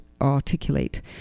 articulate